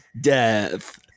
death